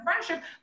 friendship